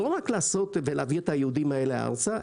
לא רק לעשות ולהביא את היהודים האלה ארצה,